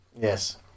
Yes